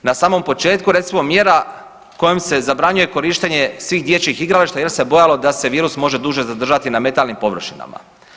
Na samom početku, recimo, mjera kojim se zabranjuje korištenje svih dječjih igrališta jer se bojalo da se virus može duže zadržati na metalnim površinama.